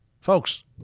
folks